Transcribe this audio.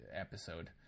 episode